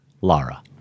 Lara